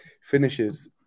finishes